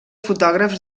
fotògrafs